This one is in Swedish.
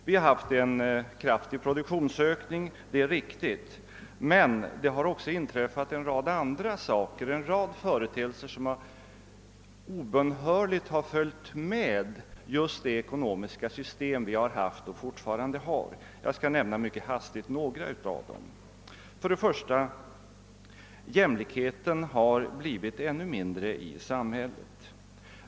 Vi har haft en kraftig produktionsökning, det är riktigt, men det har också inträffat en rad andra saker, en rad företeelser vilka obönhörligen har följt med just det ekonomiska system vi har haft och fortfarande har. Jag skall mycket hastigt nämna några av dem. För det första: Jämlikheten har blivit ännu mindre i samhället.